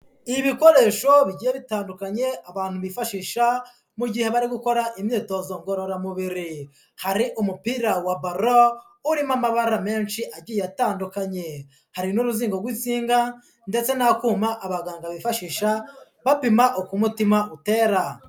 Ibikoresho bigiye bitandukanye abantu bifashisha mu gihe bari gukora imyitozo ngororamubiri, hari umupira wa ballon urimo amabara menshi, agiye atandukanye, hari n'uruzingo rw'insinga ndetse n'akuma abaganga bifashisha bapima uko umutima utera.